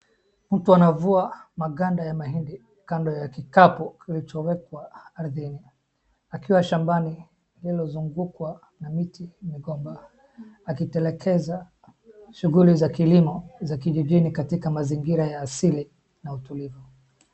Mtu anavua maganda ya mahindi kando ya kikapu kilichowekwa ardhini, akiwa shambani lililozungukwa na miti, migomba akitelekeza shughuli za kilimo za kijijini katika mazingira ya asili na utulivu.